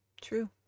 true